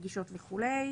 פגישות וכו'.